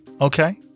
Okay